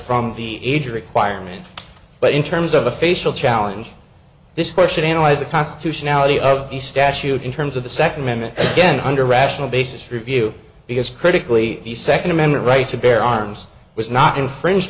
from the age requirement but in terms of a facial challenge this question has a constitutionally of the statute in terms of the second amendment again under rational basis review because critically the second amendment right to bear arms was not infringed